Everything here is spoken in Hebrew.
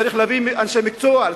צריך להביא אנשי מקצוע,